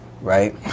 right